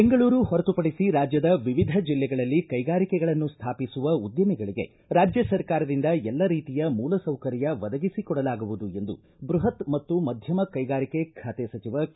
ಬೆಂಗಳೂರು ಹೊರತು ಪಡಿಸಿ ರಾಜ್ಯದ ವಿವಿಧ ಜಿಲ್ಲೆಗಳಲ್ಲಿ ಕೈಗಾರಿಕೆಗಳನ್ನು ಸ್ಥಾಪಿಸುವ ಉದ್ಯಮಿಗಳಿಗೆ ರಾಜ್ಯ ಸರ್ಕಾರದಿಂದ ಎಲ್ಲ ರೀತಿಯ ಮೂಲಸೌಕರ್ಯ ಒದಗಿಸಿಕೊಡಲಾಗುವುದು ಎಂದು ಬೃಪತ್ ಮತ್ತು ಮಧ್ಯಮ ಕೈಗಾರಿಕೆ ಖಾತೆ ಸಚಿವ ಕೆ